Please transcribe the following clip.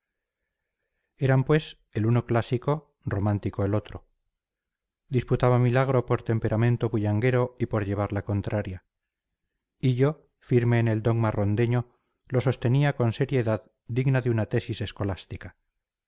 eran pues el uno clásico romántico el otro disputaba milagro por temperamento bullanguero y por llevar la contraria hillo firme en el dogma rondeño lo sostenía con seriedad digna de una tesis escolástica